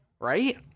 right